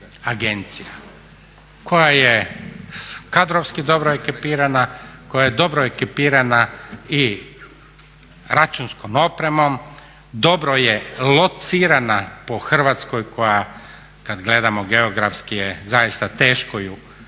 koja je kadrovski dobro ekipirana, koja je dobro ekipirana i računskom opremom, dobro je locirana po Hrvatskoj koja kad gledamo geografski je zaista teško